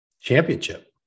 Championship